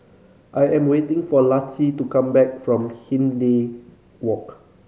I am waiting for Laci to come back from Hindhede Walk